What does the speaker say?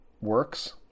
works